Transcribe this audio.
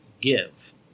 give